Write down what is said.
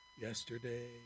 yesterday